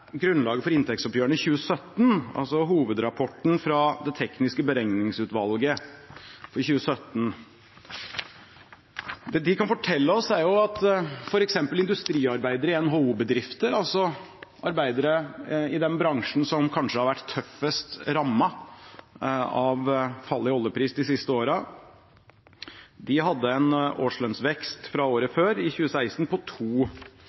grunnlaget for inntektsoppgjørene 2017, altså hovedrapporten fra Det tekniske beregningsutvalget for 2017. Det de kan fortelle oss, er f.eks. at industriarbeidere i NHO-bedrifter, altså arbeidere i den bransjen som kanskje har vært tøffest rammet av fall i oljepris de siste årene, hadde en årslønnsvekst fra året før, i 2016, på